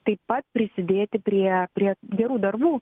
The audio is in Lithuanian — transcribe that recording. taip pat prisidėti prie prie gerų darbų